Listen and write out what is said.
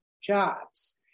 jobs